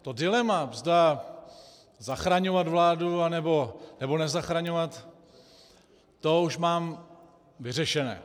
To dilema, zda zachraňovat vládu, nebo nezachraňovat, to už mám vyřešené.